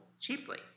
cheaply